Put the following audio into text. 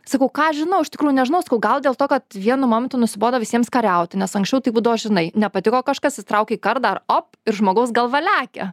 sakau ką aš žinau iš tikrųjų nežinau sakau gal dėl to kad vienu momentu nusibodo visiems kariauti nes anksčiau tai būdavo žinai nepatiko kažkas išsitraukei kardą op ir žmogaus galva lekia